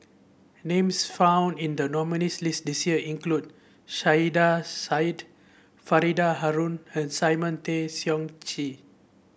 names found in the nominees' list this year include Saiedah Said Faridah Hanum and Simon Tay Seong Chee